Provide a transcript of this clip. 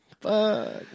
fuck